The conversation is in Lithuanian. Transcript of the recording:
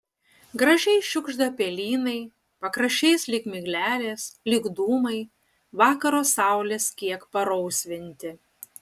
gražiai šiugžda pelynai pakraščiais lyg miglelės lyg dūmai vakaro saulės kiek parausvinti